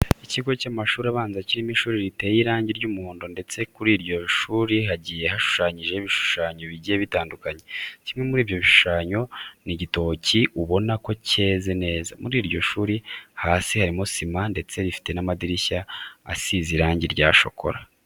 Ikigo cy'amashuri abanza kirimo ishuri riteye irangi ry'umuhondo ndetse kuri iryo shuri hagiye hashushanyijeho ibishushanyo bigiye bitandukanye. Kimwe muri ibyo bishushanyo ni igitoki ubona ko cyeze neza. Muri iryo shuri hasi harimo sima ndetse rifite amadirishya asize irangi rya shokora.